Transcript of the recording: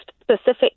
specific